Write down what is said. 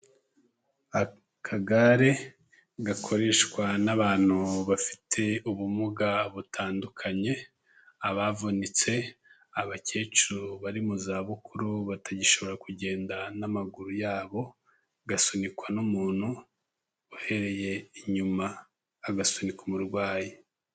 Akagare gakoreshwa n'abantu bafite ubumuga butandukanye, abavunitse, abakecuru bari mu zabukuru batagishobora kugenda n'amaguru yabo; gasunikwa n'umuntu uhereye inyuma agasunika umurwayi.